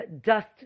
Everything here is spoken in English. dust